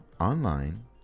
online